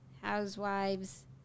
Housewives